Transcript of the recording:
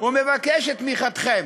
ומבקש את תמיכתכם.